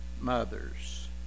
mothers